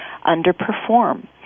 underperform